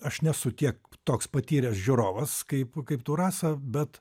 aš nesu tiek toks patyręs žiūrovas kaip kaip tu rasa bet